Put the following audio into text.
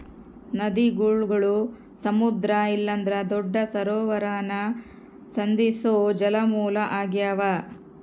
ನದಿಗುಳು ಸಮುದ್ರ ಇಲ್ಲಂದ್ರ ದೊಡ್ಡ ಸರೋವರಾನ ಸಂಧಿಸೋ ಜಲಮೂಲ ಆಗ್ಯಾವ